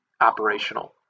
operational